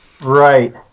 Right